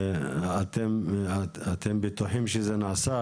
ואתם בטוחים שזה נעשה?